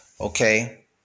okay